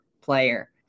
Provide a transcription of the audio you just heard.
player